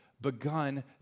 begun